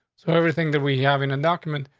so everything that we have in a document,